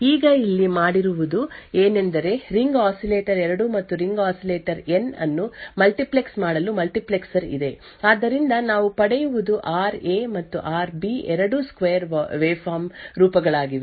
ಈಗ ಇಲ್ಲಿ ಮಾಡಿರುವುದು ಏನೆಂದರೆ ರಿಂಗ್ ಆಸಿಲೇಟರ್ 2 ಮತ್ತು ರಿಂಗ್ ಆಸಿಲೇಟರ್ ಎನ್ ಅನ್ನು ಮಲ್ಟಿಪ್ಲೆಕ್ಸ್ ಮಾಡಲು ಮಲ್ಟಿಪ್ಲೆಕ್ಸರ್ ಇದೆ ಆದ್ದರಿಂದ ನಾವು ಪಡೆಯುವುದು ಆರ್ ಎ ಮತ್ತು ಆರ್ ಬಿ ಎರಡೂ ಸ್ಕ್ವೇರ್ ವಾವೆಫಾರ್ಮ್ ರೂಪಗಳಾಗಿವೆ